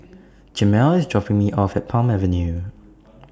Jamal IS dropping Me off At Palm Avenue